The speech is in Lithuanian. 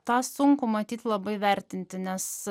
tą sunkų matyt labai vertinti nes